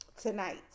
tonight